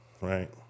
right